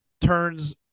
turns